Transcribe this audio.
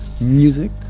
music